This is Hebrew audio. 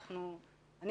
אני